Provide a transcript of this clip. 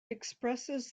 expresses